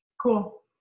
Cool